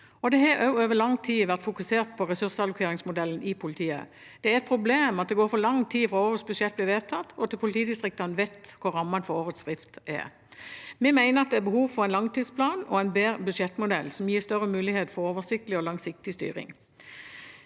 Det har også over lang tid vært fokusert på ressursallokeringsmodellen i politiet. Det er et problem at det går for lang tid fra årets budsjett blir vedtatt, og til politidist riktene vet hva rammene for årets drift er. Vi mener det er behov for en langtidsplan og en bedre budsjettmodell, som gir større muligheter for oversikt og langsiktig styring.